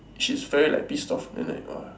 she's very like pissed off and like !wah!